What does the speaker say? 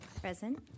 Present